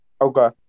Okay